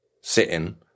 sitting